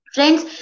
Friends